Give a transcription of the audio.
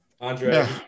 Andre